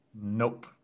nope